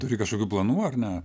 turi kažkokių planų ar ne